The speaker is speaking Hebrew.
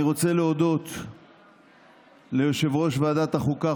אני רוצה להודות ליושב-ראש ועדת החוקה,